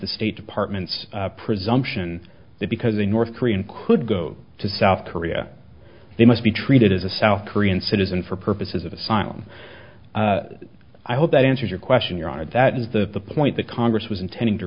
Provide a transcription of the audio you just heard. the state department's presumption that because a north korean could go to south korea they must be treated as a south korean citizen for purposes of asylum i hope that answers your question your honor that is the point the congress was intending to